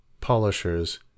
polishers